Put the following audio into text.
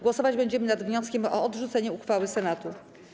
Głosować będziemy nad wnioskiem o odrzucenie uchwały Senatu.